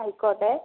ആയിക്കോട്ടെ